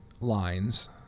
lines